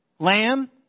Lamb